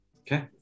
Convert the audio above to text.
Okay